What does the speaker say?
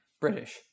British